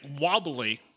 wobbly